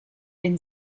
den